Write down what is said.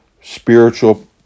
spiritual